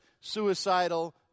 suicidal